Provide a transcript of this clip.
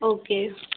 okay